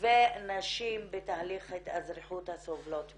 ונשים בתהליך ההתאזרחות הסובלות מאלימות.